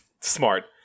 smart